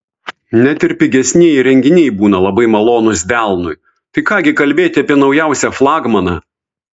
net ir pigesnieji įrenginiai būna labai malonūs delnui tai ką gi kalbėti apie naujausią flagmaną